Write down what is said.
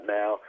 now